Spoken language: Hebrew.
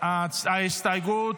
מטי צרפתי הרכבי,